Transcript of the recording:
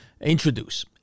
introduce